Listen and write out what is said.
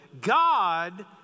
God